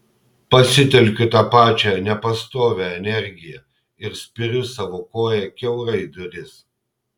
pasitelkiu tą pačią nepastovią energiją ir spiriu savo koja kiaurai duris